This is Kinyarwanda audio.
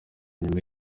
nyuma